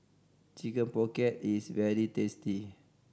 Chicken Pocket is very tasty